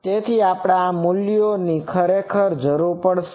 તેથી આપણે આ મૂલ્યોની ખરેખર જરૂર પડશે